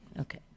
Okay